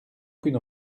qu’une